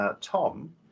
Tom